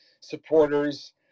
supporters